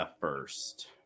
first